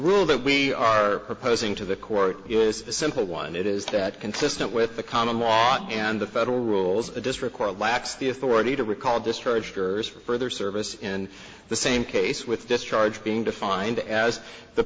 rule that we are proposing to the court is a simple one it is that consistent with the common law and the federal rules the district court lacks the authority to recall distributors for further service and the same case with discharge being defined as the